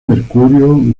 mercurio